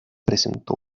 presentó